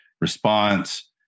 response